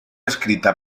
escrita